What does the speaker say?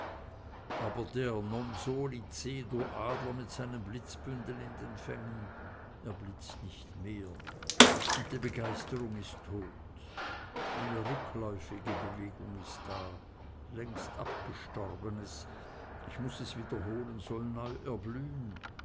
aber der non soli cedo adler mit seinem blitzbündel in den fängen er blitzt nicht mehr und die begeisterung ist tot eine rückläufige bewegung ist da längst abgestorbenes ich muß es wiederholen soll neu erblühn